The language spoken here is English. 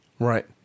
Right